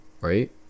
right